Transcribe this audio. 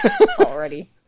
Already